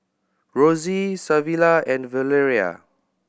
Rosey Savilla and Valeria